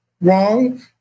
wrong